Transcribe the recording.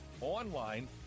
Online